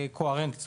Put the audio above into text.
קוהרנטית.